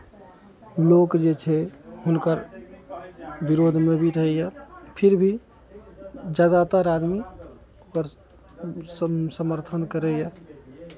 लोक जे छै हुनकर विरोधमे भी रहैए फिर भी ज्यादातर आदमी ओकर सम समर्थन करैए